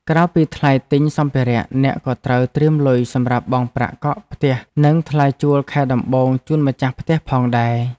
ក្រៅពីថ្លៃទិញសម្ភារៈអ្នកក៏ត្រូវត្រៀមលុយសម្រាប់បង់ប្រាក់កក់ផ្ទះនិងថ្លៃជួលខែដំបូងជូនម្ចាស់ផ្ទះផងដែរ។